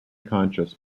conscious